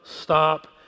stop